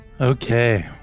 Okay